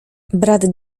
brat